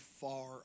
far